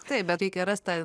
taip bet reikia rast tą